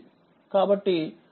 కాబట్టిప్లాట్ ఇలా ఉంటుంది